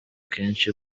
kenshi